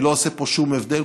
אני לא עושה פה שום הבדל,